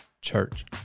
Church